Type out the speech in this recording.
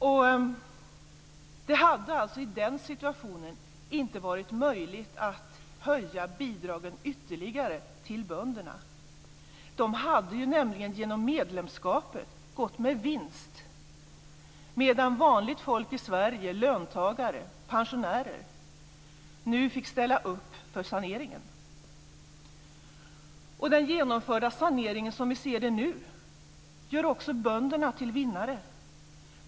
I den situationen hade det alltså inte varit möjligt att ytterligare höja bidragen till bönderna. De hade nämligen genom medlemskapet gått med vinst, medan vanligt folk i Sverige - löntagare och pensionärer - fick ställa upp för saneringen. Den genomförda saneringen, som vi ser saken nu, gör också bönderna till vinnare.